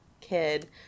kid